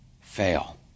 fail